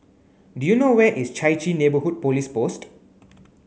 do you know where is Chai Chee Neighbourhood Police Post